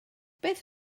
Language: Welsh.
beth